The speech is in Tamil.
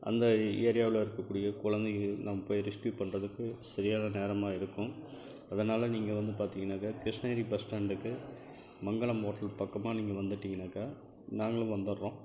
அந்த ஏரியாவில் இருக்கக்கூடிய குழந்தைகள் நம்ம போய் ரெஸ்க்யூ பண்ணுறதுக்கு சரியான நேரமாக இருக்கும் அதனால் நீங்கள் வந்து பார்த்திங்கனாக்கா கிருஷ்ணகிரி பஸ் ஸ்டாண்டுக்கு மங்களம் ஹோட்டல் பக்கமாக நீங்கள் வந்துவிட்டிங்கனாக்கா நாங்களும் வந்துடுறோம்